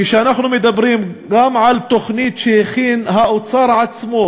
כשאנחנו מדברים גם על תוכנית שהכין האוצר עצמו,